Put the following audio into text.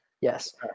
Yes